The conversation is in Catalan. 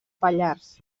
pallars